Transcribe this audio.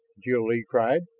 jil-lee cried.